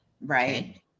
Right